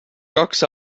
kaks